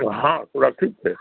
हॅं सुरक्षित छै